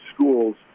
schools